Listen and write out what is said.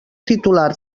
titular